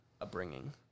upbringing